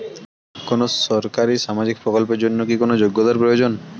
কোনো সরকারি সামাজিক প্রকল্পের জন্য কি কোনো যোগ্যতার প্রয়োজন?